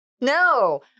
no